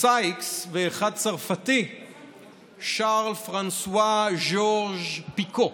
סייקס ואחד צרפתי, שארל פרנסואה ז'ורז' פיקו.